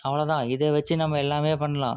அவ்வளோதான் இதை வச்சு நம்ம எல்லாமே பண்ணலாம்